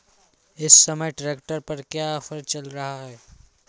इस समय ट्रैक्टर पर क्या ऑफर चल रहा है?